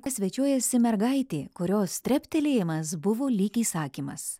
svečiuojasi mergaitė kurios treptelėjimas buvo lyg įsakymas